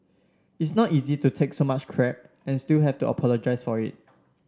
it's not easy to take so much crap and still have to apologise for it